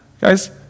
Guys